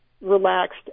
relaxed